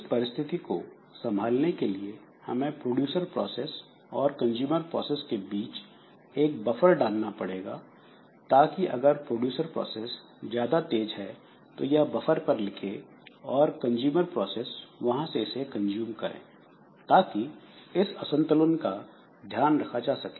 इस परिस्थिति को संभालने के लिए हमें प्रोड्यूसर प्रोसेस और कंजूमर प्रोसेस के बीच एक बफर डालना पड़ेगा ताकि अगर प्रोड्यूसर प्रोसेस ज्यादा तेज है तो यह बफर पर लिखे और कंजूमर प्रोसेस वहां से इसे कंज्यूम करें ताकि इस असंतुलन का ध्यान रखा जा सके